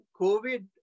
COVID